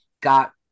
got